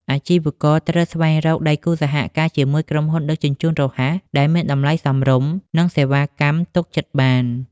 អាជីវករត្រូវស្វែងរកដៃគូសហការជា ក្រុមហ៊ុនដឹកជញ្ជូនរហ័ស ដែលមានតម្លៃសមរម្យ និងសេវាកម្មទុកចិត្តបាន។